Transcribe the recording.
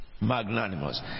magnanimous